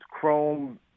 Chrome